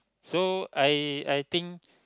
so I I think